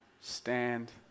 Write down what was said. stand